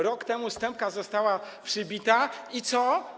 Rok temu stępka została przybita i co?